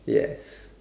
yes